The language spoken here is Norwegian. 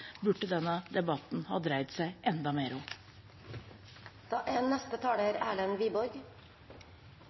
burde denne debatten har dreid seg enda mer om. Jeg er